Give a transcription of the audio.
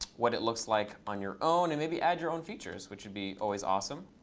what it looks like on your own and maybe add your own features, which would be always awesome.